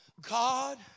God